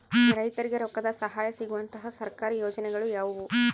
ರೈತರಿಗೆ ರೊಕ್ಕದ ಸಹಾಯ ಸಿಗುವಂತಹ ಸರ್ಕಾರಿ ಯೋಜನೆಗಳು ಯಾವುವು?